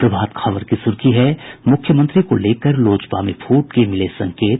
प्रभात खबर की सुर्खी है मुख्यमंत्री को लेकर लोजपा में फूट को मिले संकेत